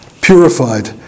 purified